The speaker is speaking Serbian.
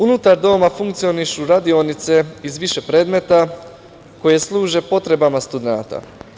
Unutar doma funkcionišu radionice iz više predmeta koje služe potrebama studenata.